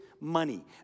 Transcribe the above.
money